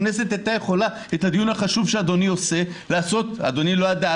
הכנסת הייתה יכולה את הדיון החשוב שאדוני עושה לעשות אדוני לא ידע,